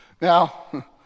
Now